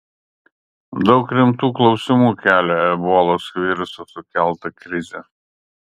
daug rimtų klausimų kelia ebolos viruso sukelta krizė